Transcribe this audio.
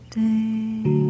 day